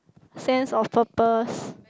sense of purpose